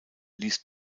ließ